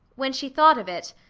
when she thought of it,